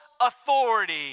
authority